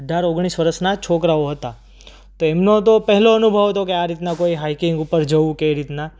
અઢાર ઓગણીસ વર્ષના છોકરાઓ હતા તો એમનો તો પહેલો અનુભવ હતો કે આ રીતના કોઈ હાઈકિંગ ઉપર જવું કે એ રીતના